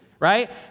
right